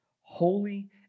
holy